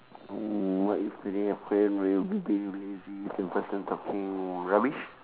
what is the lazy if the person talking rubbish